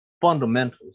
fundamentals